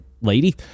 lady